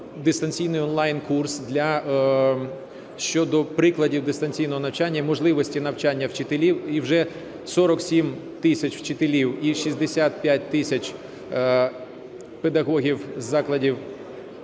дистанційний онлайн-курс щодо прикладів дистанційного навчання і можливості навчання вчителів. І вже 47 тисяч вчителів і 65 тисяч педагогів закладів